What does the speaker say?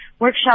workshop